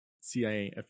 CIA